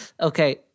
Okay